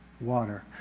water